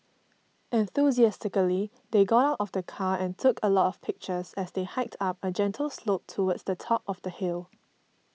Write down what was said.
enthusiastically they got out of the car and took a lot of pictures as they hiked up a gentle slope towards the top of the hill